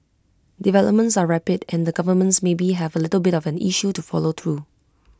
developments are rapid and the governments maybe have A little bit of an issue to follow through